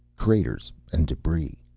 craters and debris.